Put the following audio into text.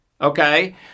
Okay